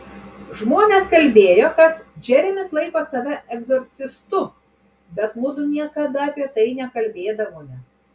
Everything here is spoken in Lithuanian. žmonės kalbėjo kad džeremis laiko save egzorcistu bet mudu niekada apie tai nekalbėdavome